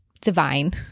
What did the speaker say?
Divine